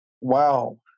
wow